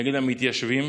נגד המתיישבים,